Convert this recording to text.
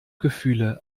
gefühle